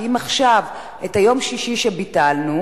כי אם עכשיו את יום שישי שביטלנו,